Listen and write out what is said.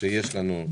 שיש לנו,